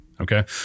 okay